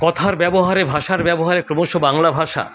কথার ব্যবহারে ভাষার ব্যবহারে ক্রমশ বাংলা ভাষা